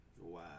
Wow